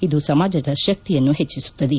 ಇದು ಸಮಾಜದ ಶಕ್ತಿಯನ್ನು ಹೆಚ್ಲಿಸುತ್ತದೆ